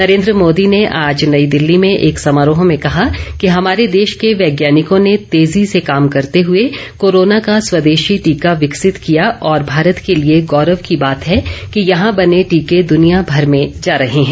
नरेंद्र मोदी ने आज नई दिल्ली में एक समारोह में कहा कि हमारे देश के वैज्ञानिकों ने तेजी से काम करते हए कोरोना का स्वदेशी टीका विकसित किया और भारत के लिए गौरव की बात है कि यहां बने टीके दुनिया भर में जा रहे हैं